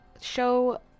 show